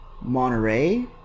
monterey